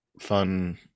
fun